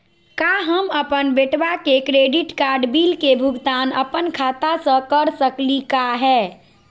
का हम अपन बेटवा के क्रेडिट कार्ड बिल के भुगतान अपन खाता स कर सकली का हे?